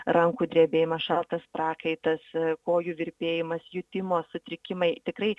rankų drebėjimas šaltas prakaitas kojų virpėjimas jutimo sutrikimai tikrai